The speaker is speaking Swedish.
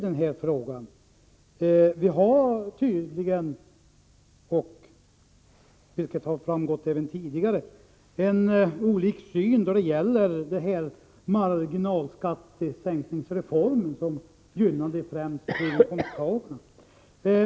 Tydligen har vi — det har framgått även tidigare — olika syn då det gäller marginalskattereformen, som gynnar främst höginkomsttagarna.